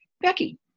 Becky